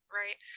right